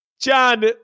john